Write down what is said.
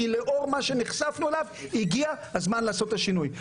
כי לאור מה שנחשפנו אליו הגיע הזמן לעשות את השינוי.